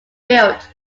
built